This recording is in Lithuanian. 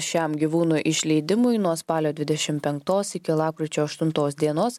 šiam gyvūnų išleidimui nuo spalio dvidešim penktos iki lapkričio aštuntos dienos